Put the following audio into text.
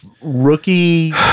rookie